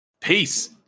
Peace